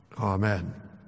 Amen